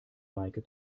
meike